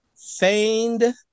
feigned